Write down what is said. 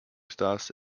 stars